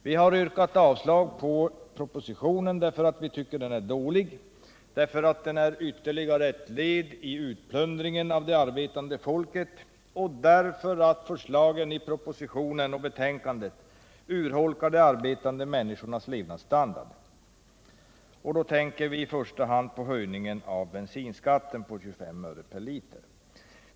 Vi har yrkat avslag på propositionen därför att vi anser att den är dålig, därför att den är ytterligare ett led i utplundringen av det arbetande folket och därför att förslagen i propositionen och betänkandet urholkar de arbetande människornas levnadsstandard. Då tänker vi i första hand på förslaget om höjning av bensinskatten med 25 öre per liter.